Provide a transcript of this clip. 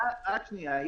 רק שנייה.